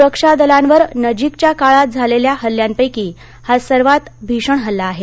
सुरक्षा दलांवर नजीकच्या काळात झालेल्या हल्ल्यांपैकी हा सर्वात भीषण हल्ला आहे